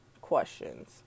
questions